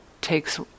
takes